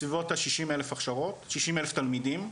בסביבות ה-60 אלף תלמידים מוכשרים.